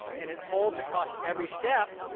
and it holds across every step,